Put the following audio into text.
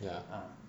ya